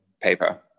paper